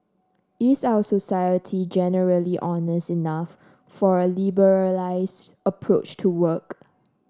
is our society generally honest enough for a liberalised approach to work